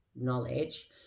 knowledge